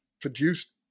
produced